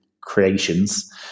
creations